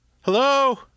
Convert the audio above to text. Hello